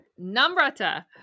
Namrata